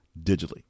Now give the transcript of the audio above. digitally